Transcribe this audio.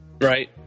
right